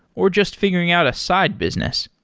or just figuring out a side business.